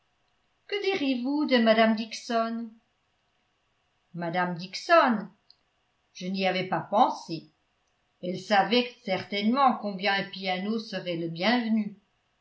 que direz-vous de mme dixon mme dixon je n'y avais pas pensé elle savait certainement combien un piano serait le bienvenu